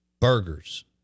Burgers